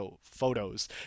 photos